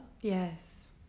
Yes